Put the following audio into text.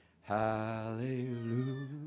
Hallelujah